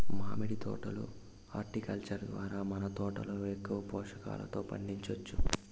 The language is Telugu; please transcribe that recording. మామిడి తోట లో హార్టికల్చర్ ద్వారా మన తోటలో ఎక్కువ పోషకాలతో పండించొచ్చు